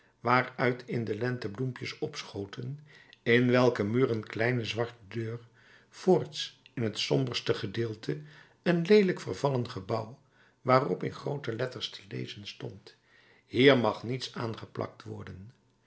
waaruit in de lente bloempjes opschoten in welken muur een kleine zwarte deur voorts in het somberste gedeelte een leelijk vervallen gebouw waarop in groote letters te lezen stond hier mag niets aangeplakt worden